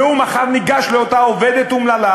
והוא מחר ניגש לאותה עובדת אומללה,